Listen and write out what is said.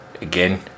again